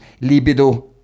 libido